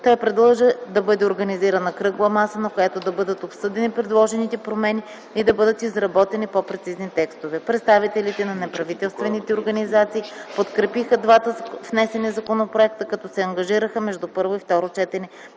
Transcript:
Той предложи да бъде организирана кръгла маса, на която да бъдат обсъдени предложените промени и да бъдат изработени по-прецизни текстове. Представителите на неправителствените организации подкрепиха двата внесени законопроекта, като се ангажираха между първо и второ четене